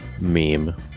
meme